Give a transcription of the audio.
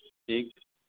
ठीक